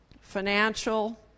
financial